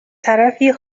طرفی